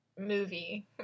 Movie